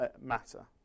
matter